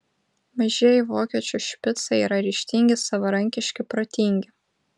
mažieji vokiečių špicai yra ryžtingi savarankiški protingi